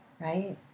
right